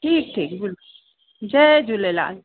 ठीकु ठीकु बिल्कुलु जी जय झूलेलाल